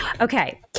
Okay